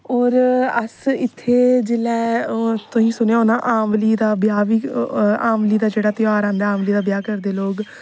और अस इत्थै जेह्लै तुसें सुनेआ होना आमली दा ब्याह आमली दा जेहड़ा घ्यारआंदा आमली दा ब्याह करदे लोक